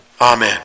Amen